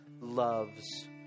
loves